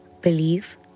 Believe